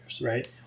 right